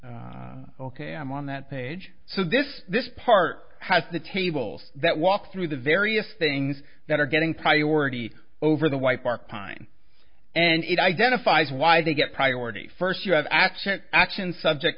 ok i'm on that page so this this park has the tables that walk through the various things that are getting priority over the white park pine and it identifies why they get priority first year of action action subject